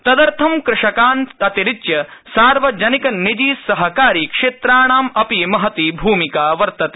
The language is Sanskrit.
तदर्थं कृषकान् अतिरिच्य सार्वजनिक निजी सहकारी क्षेत्राणाम् अपि महती भूमिका वर्तते